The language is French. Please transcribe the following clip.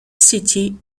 city